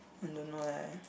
I don't know leh